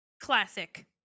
Classic